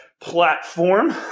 platform